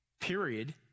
period